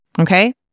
Okay